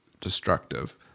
destructive